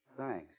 Thanks